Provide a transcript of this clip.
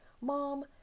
mom